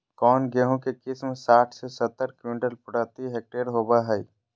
कौन गेंहू के किस्म साठ से सत्तर क्विंटल प्रति हेक्टेयर होबो हाय?